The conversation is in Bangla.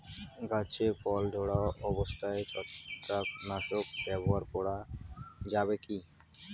গাছে ফল ধরা অবস্থায় ছত্রাকনাশক ব্যবহার করা যাবে কী?